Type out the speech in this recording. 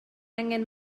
angen